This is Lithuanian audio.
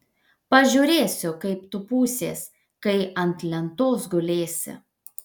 pažiūrėsiu kaip tu pūsies kai ant lentos gulėsi